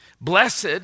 Blessed